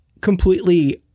completely